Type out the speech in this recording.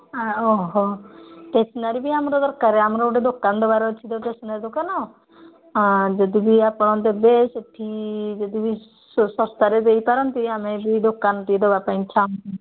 ଓ ହୋ ଷ୍ଟେସ୍ନାରୀ ବି ଆମର ଦରକାର ଆମର ଗୋଟେ ଦୋକାନ ଦେବାର ଅଛି ତ ଷ୍ଟେସ୍ନାରୀ ଦୋକାନ ଯଦି ବି ଆପଣ ଦେବେ ସେଇଠି ଯଦି ବି ଶସ୍ତାରେ ଦେଇପାରନ୍ତି ଆମେ ବି ଦୋକାନଟିଏ ଦେବା ପାଇଁ ଚାହୁଁ